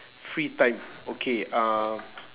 free time okay uh